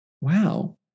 wow